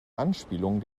anspielungen